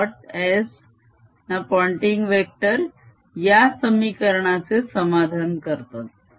s - Poynting vector या समीकरणाचे समाधान करतात